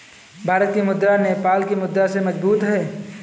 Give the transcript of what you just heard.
भारत की मुद्रा नेपाल की मुद्रा से मजबूत है